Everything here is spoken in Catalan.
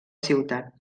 ciutat